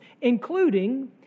Including